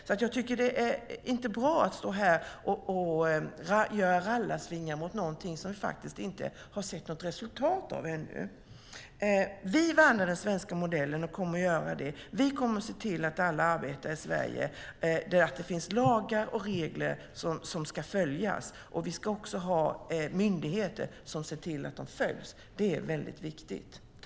Därför tycker jag inte att det är bra att stå här och göra rallarsvingar mot någonting som vi faktiskt inte har sett något resultat av ännu. Vi värnar den svenska modellen och kommer att göra det. Vi kommer att se till att det finns lagar och regler som ska följas för alla arbetare i Sverige, och vi ska också ha myndigheter som ser till att de följs. Det är väldigt viktigt.